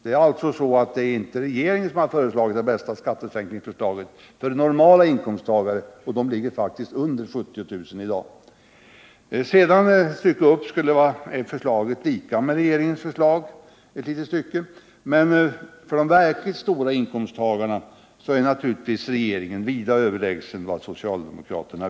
Det är alltså inte regeringen som har presenterat det bästa skattesänkningsförslaget för normalinkomsttagare, och en normal inkomst ligger faktiskt under 70 000 kr. i dag. Sedan är socialdemokraternas förslag tämligen lika med regeringens förslag i ett ytterligare inkomstskikt, men när det gäller förslag till lättnader för de verkligt stora inkomsttagarna är naturligtvis regeringen vida överlägsen socialdemokraterna.